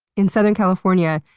in southern california,